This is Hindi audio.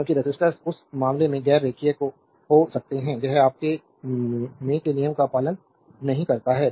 क्योंकि रेसिस्टर्स उस मामले में गैर रेखीय हो सकते हैं यह आपके may के नियम का पालन नहीं करता है